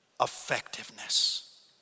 effectiveness